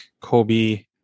Kobe